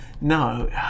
No